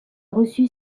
reçu